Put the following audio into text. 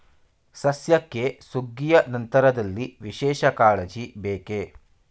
ಸಸ್ಯಕ್ಕೆ ಸುಗ್ಗಿಯ ನಂತರದಲ್ಲಿ ವಿಶೇಷ ಕಾಳಜಿ ಬೇಕೇ?